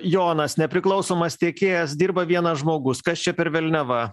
jonas nepriklausomas tiekėjas dirba vienas žmogus kas čia per velniava